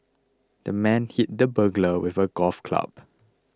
the man hit the burglar with a golf club